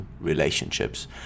relationships